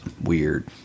weird